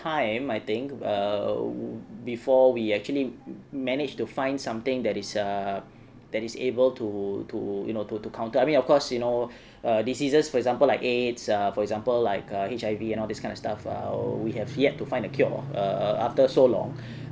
time I think err before we actually manage to find something that is uh that is able to to you know to to counter I mean of course you know err diseases for example like AIDS uh for example like err H_I_V and all this kind of stuff err we have yet to find the cure err after so long